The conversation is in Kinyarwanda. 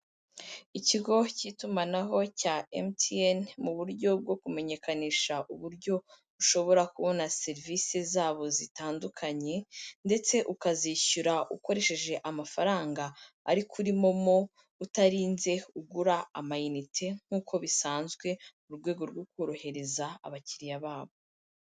Ikigo cy'itumanaho cya MTN, mu buryo bwo kumenyekanisha uburyo ushobora kubona serivise zabo zitandukanye ndetse ukazishyura ukoresheje amafaranga ari kuri momo, utarinze ugura amanite nk'uko bisanzwe mu rwego rwo korohereza abakiriya babo.